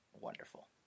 Wonderful